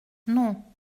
non